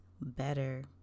better